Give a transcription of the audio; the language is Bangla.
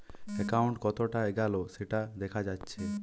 একাউন্ট কতোটা এগাল সেটা দেখা যাচ্ছে